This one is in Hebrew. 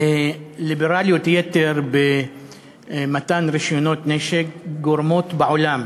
ליברליות יתר במתן רישיונות נשק גורמת בעולם,